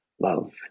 love